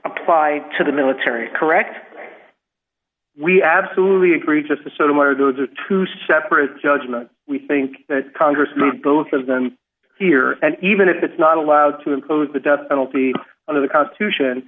apply to the military correct we absolutely agree just to sort of honor those are two separate judgement we think congress moves both of them here and even if it's not allowed to impose the death penalty on the constitution